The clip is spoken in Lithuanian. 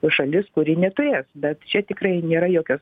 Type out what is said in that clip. šalis kuri neturės bet čia tikrai nėra jokios